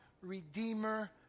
Redeemer